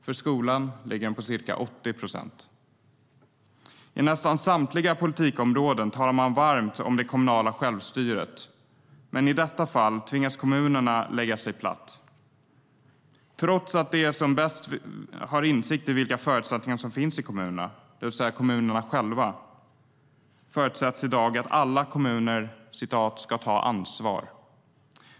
För skolan ligger den på ca 80 procent. Inom nästan samtliga politikområden talas det varmt om det kommunala självstyret. Men i detta fall tvingas kommunerna lägga sig platt. Trots att de själva har bäst insikt i vilka förutsättningar som finns i kommunerna förutsätts det i dag att alla kommuner ska ta ansvar.